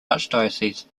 archdiocese